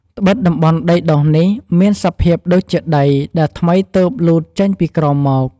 ត្បិតតំបន់ដីដុះនេះមានសភាពដូចជាដី ដែលថ្មីទើបលូតចេញពីក្រោមមក។